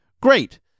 Great